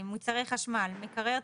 מוצרי חשמל - מקרר,